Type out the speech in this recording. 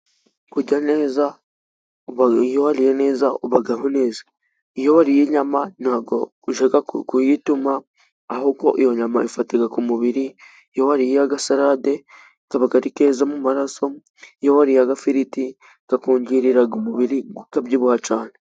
Urya neza, iyo warire neza ubaho neza, iyo wariye inyama ntabwo ujya kuyituma, ahubwo iyo nyama ifata ku mubiri, iyo uriye aga sarade kaba ari keza mu maraso, iyo wariye agafiriti kakongerera umubiri ukabyibuha cyane.